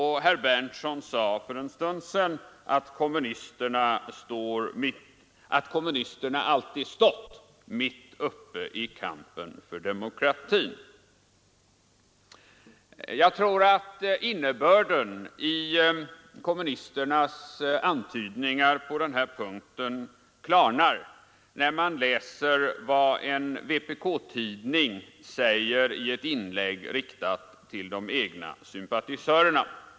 Herr Berndtson sade för en stund sedan, att kommunisterna alltid stått mitt uppe i kampen för demokratin. Jag tror att innebörden i kommunisternas antydningar på den här punkten klarnar, när man läser vad en vpk-tidning skriver i ett inlägg riktat till de egna sympatisörerna.